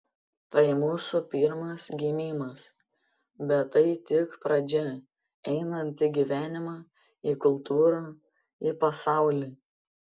tai mūsų pirmas gimimas bet tai tik pradžia einant į gyvenimą į kultūrą į pasaulį